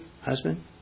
husband